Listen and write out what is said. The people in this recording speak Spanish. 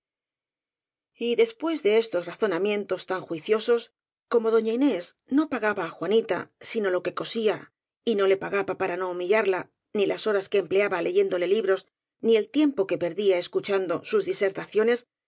después de estos razonamientos tan juiciosos como doña inés no pagaba á juanita sino lo que cosía y no le pagaba para no humillarla ni las horas que empleaba leyéndole libros ni el tiempo que perdía escuchando sus disertaciones